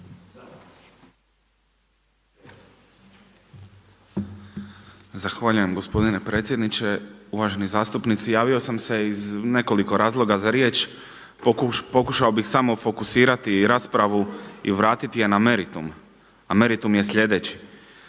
Zahvaljujem gospodine predsjedniče, uvaženi zastupnici. Evo javio sam se iz nekoliko razloga za riječ. Pokušao bih samo fokusirati raspravu i vratiti je na meritum, a meritum je sljedeći.